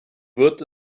wird